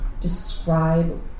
describe